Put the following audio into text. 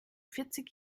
vierzig